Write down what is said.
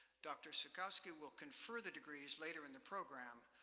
dr. zukoski will confer the degrees later in the program,